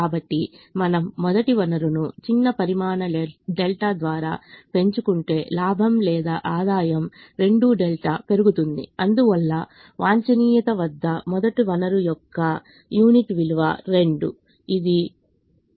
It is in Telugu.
కాబట్టి మనము మొదటి వనరును చిన్న పరిమాణ డెల్టా ద్వారా పెంచుకుంటే లాభం లేదా ఆదాయం 2𝛿 పెరుగుతుంది అందువల్ల వాంఛనీయత వద్ద మొదటి వనరు యొక్క మొదటి యూనిట్ విలువ 2 ఇది విలువ Y1 2